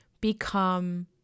become